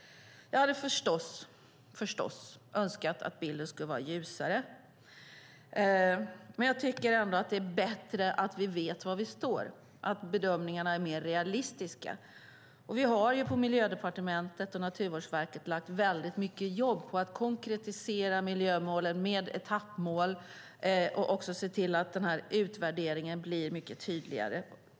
Jag hade förstås önskat att bilden skulle vara mer ljus, men jag tycker ändå att det är bättre att vi vet var vi står, att bedömningarna är mer realistiska. Miljödepartementet och Naturvårdsverket har lagt ned mycket jobb på att konkretisera miljömålen med hjälp av etappmål och se till att utvärderingen blir tydligare.